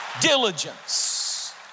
diligence